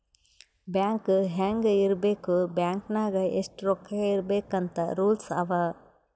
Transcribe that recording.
bank ಹ್ಯಾಂಗ್ ಇರ್ಬೇಕ್ bank ನಾಗ್ ಎಷ್ಟ ರೊಕ್ಕಾ ಇರ್ಬೇಕ್ ಅಂತ್ ರೂಲ್ಸ್ ಅವಾ